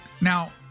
Now